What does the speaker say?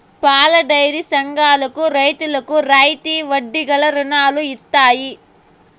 పాలడైరీ సంఘాలకు రైతులకు రాయితీ వడ్డీ గల రుణాలు ఇత్తయి